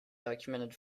documented